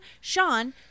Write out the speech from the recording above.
Sean